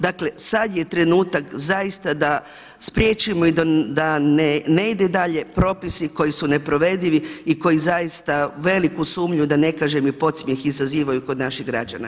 Dakle sada je trenutak, zaista da spriječimo i da ne ide dalje, propisi koji su neprovedivi i koji zaista veliku sumnju i da ne kažem i podsmjeh izazivaju kod naših građana.